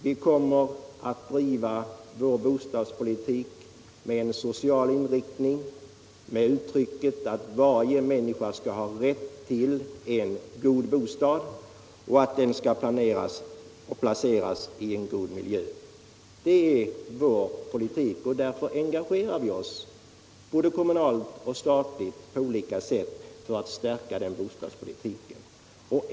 Vi kommer för vår del att driva en bostadspolitik med en social inriktning i vilken varje människa skall ha rätt till en god bostad och att denna skall finnas i en god miljö. Det är vår politik, och därför engagerar vi på olika sätt staten och kommunerna för att stärka den sociala bostadspolitiken.